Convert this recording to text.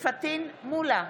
פטין מולא,